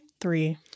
three